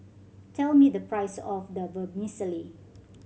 tell me the price of the Vermicelli